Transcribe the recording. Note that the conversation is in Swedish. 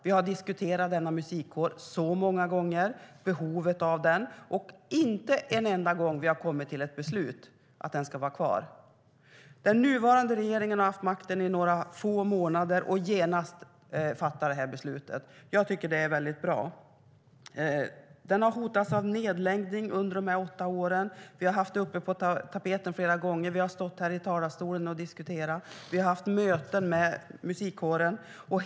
Vi har diskuterat musikkåren och behovet av den många gånger. Inte en enda gång har vi kommit till beslutet att den ska vara kvar. Den nuvarande regeringen har haft makten i några få månader och har genast fattat detta beslut. Jag tycker att det är väldigt bra. Musikkåren har hotats av nedläggning under dessa åtta år och har varit på tapeten flera gånger. Vi har stått här i talarstolen och diskuterat, och vi har haft möten med musikkåren.